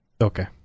Okay